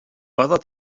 other